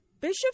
Bishop